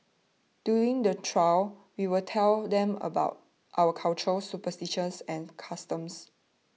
during the trail we'll tell them about our cultures superstitions and customs